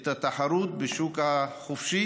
את התחרות בשוק החופשי